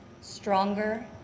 stronger